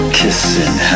kissing